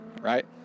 Right